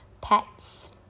pets